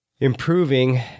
improving